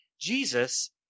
Jesus